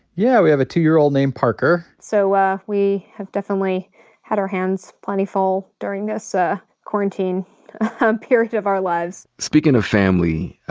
yeah, we have a two-year-old named parker. so ah we have definitely had our hands plenty full during this ah quarantine um period of our lives. speaking of family,